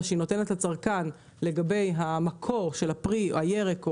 שהיא נותנת לצרכן לגבי המקור של הירק ואיכותו,